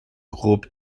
groupe